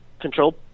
control